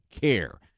care